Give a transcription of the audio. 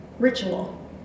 Ritual